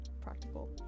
practical